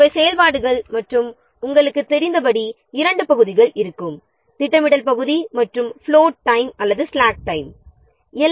இவை தான் செயல்பாடுகள் மற்றும் திட்டமிடல் பகுதி மற்றும் ஃபிலோட் டைம் அல்லது ஸ்லாக் டைம் என இரண்டு பகுதிகள் உண்டு என்று நீங்கள் அறிவீர்கள்